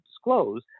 disclose